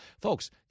Folks